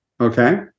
Okay